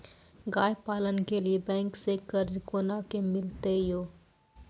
गाय पालन के लिए बैंक से कर्ज कोना के मिलते यो?